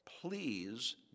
please